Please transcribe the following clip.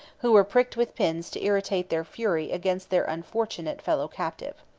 who were pricked with pins to irritate their fury against their unfortunate fellow-captive.